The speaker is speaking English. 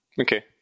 Okay